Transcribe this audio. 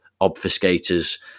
obfuscators